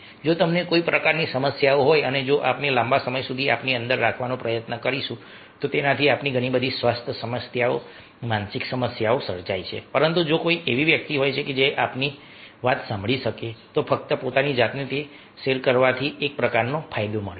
જો તમને કોઈ પ્રકારની સમસ્યાઓ હોય અને જો આપણે લાંબા સમય સુધી આપણી અંદર રાખવાનો પ્રયત્ન કરીએ તો તેનાથી આપણી ઘણી બધી સ્વાસ્થ્ય સમસ્યાઓ માનસિક સમસ્યા સર્જાય છે પરંતુ જો કોઈ એવી વ્યક્તિ હોય કે જે આપણી વાત સાંભળી શકે તો ફક્ત પોતાની જાતને શેર કરવાથી એક પ્રકારનો ફાયદો મળે છે